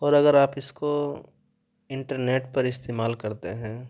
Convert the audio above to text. اور اگر آپ اس کو انٹرنیٹ پر استعمال کرتے ہیں